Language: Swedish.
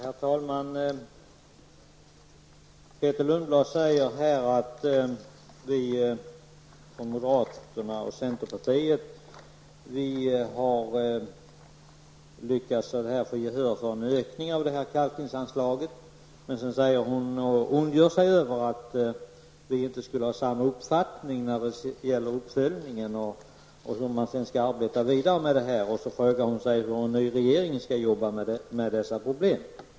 Herr talman! Grethe Lundblad säger att vi moderater och centerpartister har lyckats att få gehör för en ökning av kalkningsanslaget. Men så ondgör hon sig över att vi inte skulle ha samma uppfattning när det gäller uppföljningen och hur man sedan skall arbeta vidare med detta. Hon frågar sig också hur en ny regering skall jobba med dessa problem.